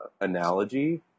analogy